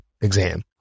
exam